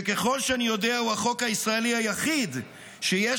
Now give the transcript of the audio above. שככל שאני יודע הוא החוק הישראלי היחיד שיש